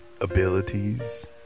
abilities